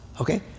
okay